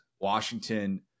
Washington